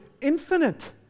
infinite